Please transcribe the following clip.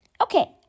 Okay